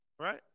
right